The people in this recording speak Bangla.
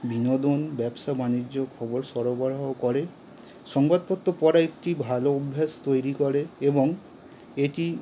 বিনোদন ব্যবসা বাণিজ্য খবর সরবরাহ করে সংবাদপত্র পড়া একটি ভালো অভ্যেস তৈরি করে এবং এটি